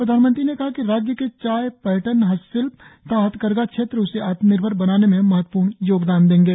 प्रधानमंत्री ने कहा कि राज्य के चाय पर्यटन हस्तशिल्प तथा हथकरघा क्षेत्र उसे आत्मनिर्भर बनाने में महत्वपूर्ण योगदान देंगे